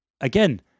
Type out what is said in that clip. again